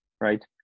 right